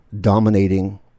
dominating